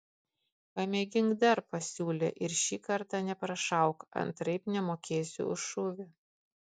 pamėgink dar pasiūlė ir šį kartą neprašauk antraip nemokėsiu už šūvį